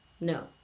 no